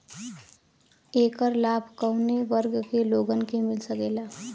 ऐकर लाभ काउने वर्ग के लोगन के मिल सकेला?